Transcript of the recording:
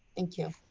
thank you.